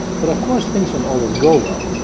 but of course things don't always go well.